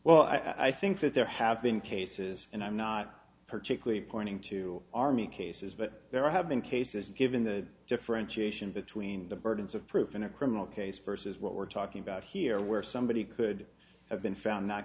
well i think that there have been cases and i'm not particularly pointing to army cases but there have been cases given the differentiation between the burdens of proof in a criminal case versus what we're talking about here where somebody could have been found not